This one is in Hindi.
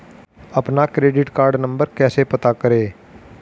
अपना क्रेडिट कार्ड नंबर कैसे पता करें?